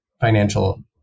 financial